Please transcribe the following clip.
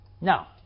Now